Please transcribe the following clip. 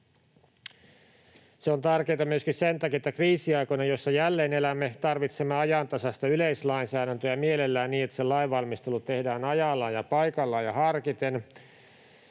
Se on tärkeää myöskin sen takia, että kriisiaikoina, joissa jälleen elämme, tarvitsemme ajantasaista yleislainsäädäntöä ja mielellään niin, että se lainvalmistelu tehdään ajallaan ja paikallaan ja harkiten.